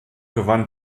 gewann